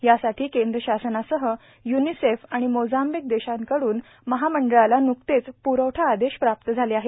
यासाठी केंद्र शासनासह य्निसेफ आणि मोझाम्बिक देशाकडून महामंडळास न्कतेच प्रवठा आदेश प्राप्त झाले आहेत